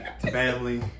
Family